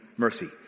mercy